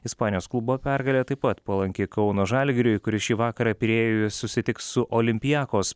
ispanijos klubo pergalė taip pat palanki kauno žalgiriui kuris šį vakarą pirėjuje susitiks su olimpiakos